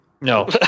No